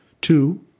two